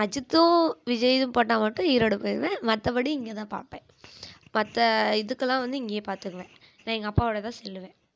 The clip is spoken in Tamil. அஜித்தும் விஜய்தும் போட்டால் மட்டும் ஈரோடு போய்டுவேன் மற்றப்படி இங்கேதான் பார்ப்பேன் மற்ற இதுக்கெலாம் வந்து இங்கேயே பார்த்துருவேன் நான் எங்கள் அப்பாவோடுதான் செல்வேன்